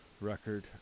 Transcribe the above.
record